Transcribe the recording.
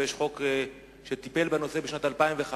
ויש חוק שטיפל בנושא בשנת 2005,